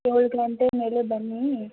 ಏಳು ಗಂಟೆ ಮೇಲೆ ಬನ್ನಿ